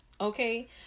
Okay